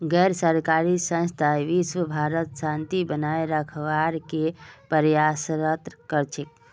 गैर लाभकारी संस्था विशव भरत शांति बनए रखवार के प्रयासरत कर छेक